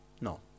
No